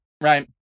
Right